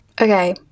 okay